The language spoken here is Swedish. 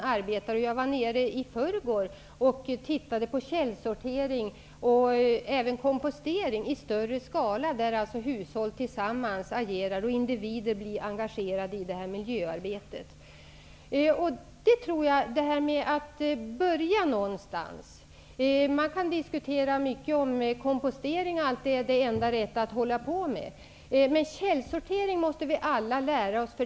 I förrgår var jag nere och tittade på källsortering och kompostering i större skala, där hushåll agerar tillsammans och individer blir engagerade i miljöarbetet. Man måste börja någonstans. Man kan diskutera mycket huruvida kompostering är det enda rätta att hålla på med. Men vi måste alla lära oss källsortering.